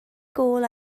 gôl